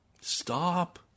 Stop